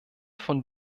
von